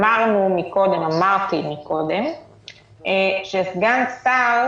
אמרתי קודם שסגן שר